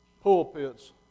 pulpits